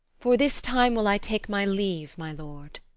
for this time will i take my leave, my lord.